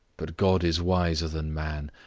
but god is wiser than man,